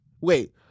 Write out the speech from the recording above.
Wait